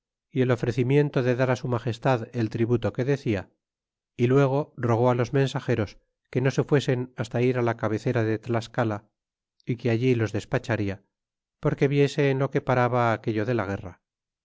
y el ofrecimiento de dar su afagestad el tributo que decia luego rogó los mensageros que no se fuesen hasta ir la cabecera de tlascala y que alli los despacbaria porque viese en lo que paraba aquello de la guerra